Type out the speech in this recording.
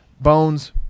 Bones